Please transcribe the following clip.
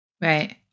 right